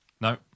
No